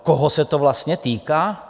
Koho se to vlastně týká?